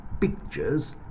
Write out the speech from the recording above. pictures